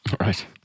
Right